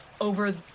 over